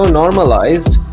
normalized